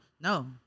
No